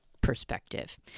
perspective